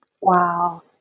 Wow